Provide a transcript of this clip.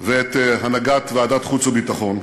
ואת הנהגת ועדת החוץ והביטחון.